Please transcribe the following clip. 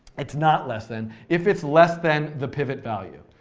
it's not less than. if it's less than the pivot value.